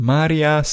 Maria